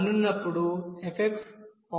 X1 ఉన్నప్పుడు f positive గా ఉంటుంది